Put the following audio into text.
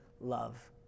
love